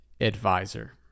advisor